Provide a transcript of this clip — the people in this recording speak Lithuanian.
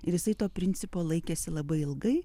ir jisai to principo laikėsi labai ilgai